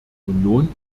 union